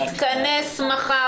ונתכנס מחר